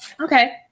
Okay